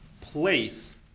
place